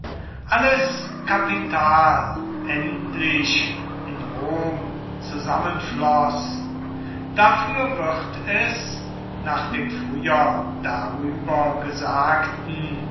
alles kapital endlich in rom zusammenfloß dafür wird es nach dem früher darüber gesagten